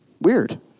weird